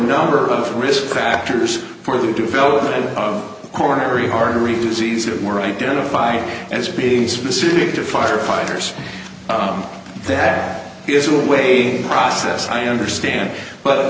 number of risk factors for the development of coronary artery disease that were identified as being specific to firefighters dad is a way process i understand but